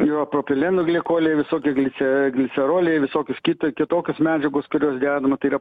jo propileno glikoliai visoki glice gliceroliai visokios kita kitokios medžiagos kurios dedama tai yra